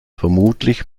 vermutlich